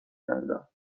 کردم